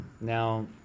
now